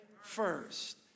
first